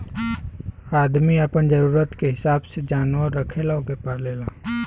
आदमी आपन जरूरत के हिसाब से जानवर रखेला ओके पालेला